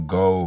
go